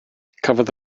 cafodd